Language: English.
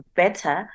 better